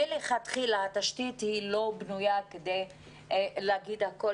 מלכתחילה התשתית לא בנויה כך שאפשר להגיד שהכול